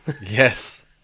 Yes